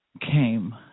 came